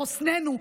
בחוסננו,